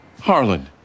Harlan